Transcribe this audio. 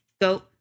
go